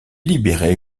libérée